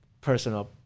personal